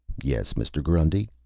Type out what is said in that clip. yes, mr. grundy?